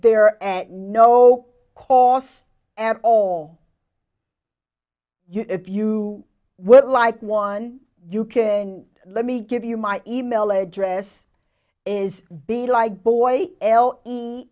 there at no cost at all if you would like one you can let me give you my email address is be like boy l e